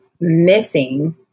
missing